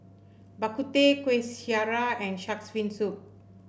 Bak Kut Teh Kuih Syara and shark's fin soup